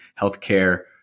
healthcare